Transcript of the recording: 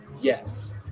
Yes